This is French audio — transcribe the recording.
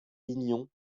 pignon